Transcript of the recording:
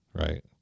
Right